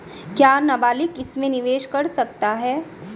क्या नाबालिग इसमें निवेश कर सकता है?